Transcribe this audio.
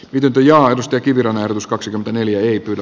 ydintä ja aidosti kivi lahdus kaksi neljä ei pyydä